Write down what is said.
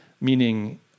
meaning